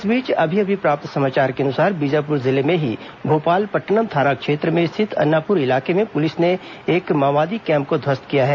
इस बीच अभी अभी प्राप्त समाचार के अनुसार बीजापुर जिले में ही भोपालपटनम थाना क्षेत्र में स्थित अन्नापुर इलाके में पुलिस ने एक माओवादी कैंप को ध्वस्त किया है